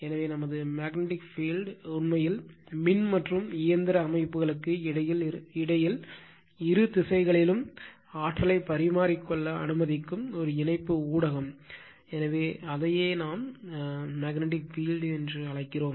எனவே நமது magnetic field உண்மையில் மின் மற்றும் இயந்திர அமைப்புகளுக்கு இடையில் இரு திசைகளிலும் ஆற்றலை பரிமாறிக்கொள்ள அனுமதிக்கும் ஒரு இணைப்பு ஊடகம் எனவே அதையே உண்மையில் மேக்னெட்டிக் பீல்ட் என்று அழைக்கிறோம்